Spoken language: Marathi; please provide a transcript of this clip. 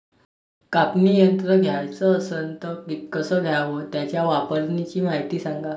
कापनी यंत्र घ्याचं असन त कस घ्याव? त्याच्या वापराची मायती सांगा